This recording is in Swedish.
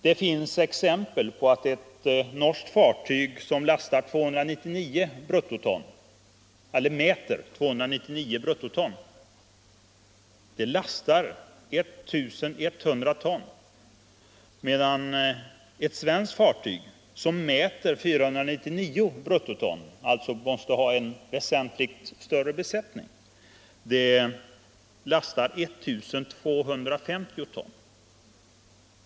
Det finns exempel på att ett norskt fartyg som mäter 299 bruttoton lastar 1 100 ton, medan ett svenskt fartyg som mäter 499 bruttoton och alltså måste ha en väsentligt större besättning lastar 1 250 ton.